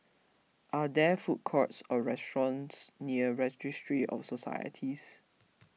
are there food courts or restaurants near Registry of Societies